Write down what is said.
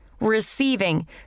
receiving